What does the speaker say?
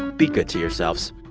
be good to yourselves